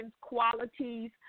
qualities